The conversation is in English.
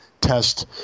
test